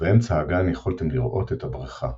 ובאמצע הגן יכלתם לראות את הברכה.